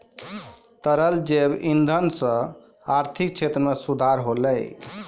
तरल जैव इंधन सँ आर्थिक क्षेत्र में सुधार होलै